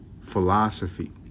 philosophy